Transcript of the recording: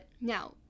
now